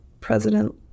President